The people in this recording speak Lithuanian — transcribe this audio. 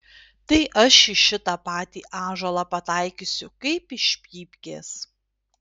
tai aš į šitą patį ąžuolą pataikysiu kaip iš pypkės